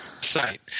site